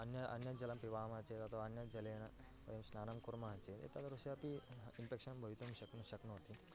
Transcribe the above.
अन्यत् अन्यज्जलं पिबामः चेत् अथवा अन्यज्जलेन वयं स्नानं कुर्मः चेत् एतादृशमपि इन्फ़ेक्शन् भवितुं शक्नु शक्नोति